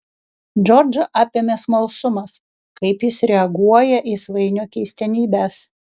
džordžą apėmė smalsumas kaip jis reaguoja į svainio keistenybes